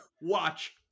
watch